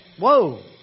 whoa